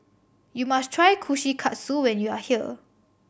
you must try Kushikatsu when you are here